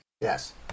Yes